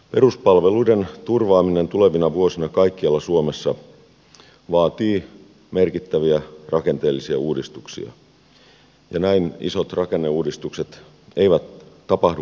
peruspalveluiden turvaaminen tulevina vuosina kaikkialla suomessa vaatii merkittäviä rakenteellisia uudistuksia ja näin isot rakenneuudistukset eivät tapahdu kivuttomasti